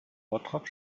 bottrop